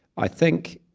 i think,